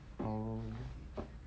oh